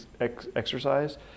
exercise